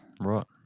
Right